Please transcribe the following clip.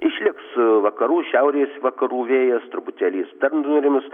išliks vakarų šiaurės vakarų vėjas truputėlį dar nurims